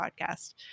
podcast